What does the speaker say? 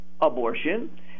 Abortion